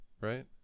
right